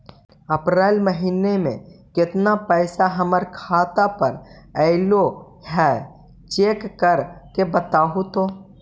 अप्रैल में केतना पैसा हमर खाता पर अएलो है चेक कर के बताहू तो?